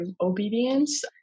obedience